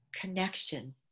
connection